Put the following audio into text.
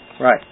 Right